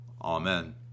Amen